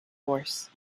force